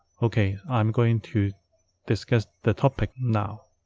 ok. i'm going to discuss the topic now